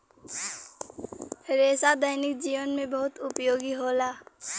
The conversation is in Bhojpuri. रेसा दैनिक जीवन में बहुत उपयोगी होला